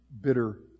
bitter